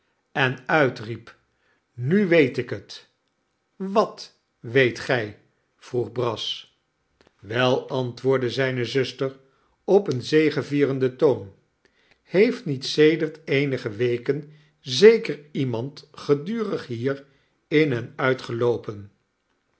en uitriep nu weet ik het wat weet gij vroeg brass wei antwoordde zijne zuster op een zegevierenden toon heeft niet sedert eenige weken zeker iemand gedurig hier in en uit